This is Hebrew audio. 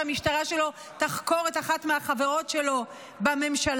שהמשטרה שלו תחקור את אחת מהחברות שלו בממשלה,